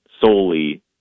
solely